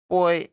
Boy